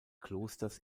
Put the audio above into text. klosters